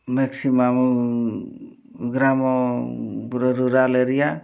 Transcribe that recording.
maximum ଗ୍ରାମ ପୁରା rural area